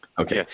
Okay